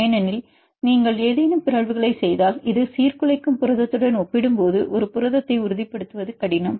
ஏனெனில் நீங்கள் ஏதேனும் பிறழ்வுகளைச் செய்தால் இது சீர்குலைக்கும் புரதத்துடன் ஒப்பிடும்போது ஒரு புரதத்தை உறுதிப்படுத்துவது மிகவும் கடினம்